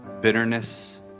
bitterness